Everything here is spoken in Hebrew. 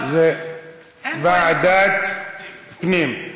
זה ועדת הפנים.